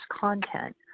content